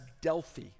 Delphi